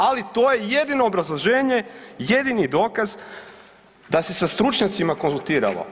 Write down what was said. Ali, to je jedino obrazloženje, jedini dokaz da se sa stručnjacima konzultiralo.